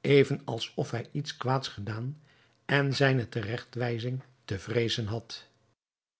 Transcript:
even alsof hij iets kwaads gedaan en zijne teregtwijzing te vreezen had